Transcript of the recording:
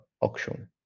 auction